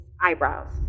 eyebrows